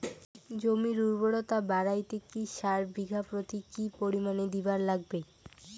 জমির উর্বরতা বাড়াইতে কি সার বিঘা প্রতি কি পরিমাণে দিবার লাগবে?